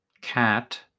cat